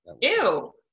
Ew